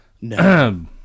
No